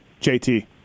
JT